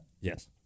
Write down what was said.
Yes